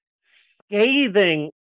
scathing